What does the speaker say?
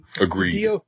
Agreed